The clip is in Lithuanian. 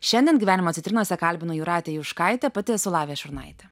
šiandien gyvenimo citrinose kalbinu jūratę juškaitę pati esu lavija šurnaitė